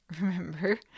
remember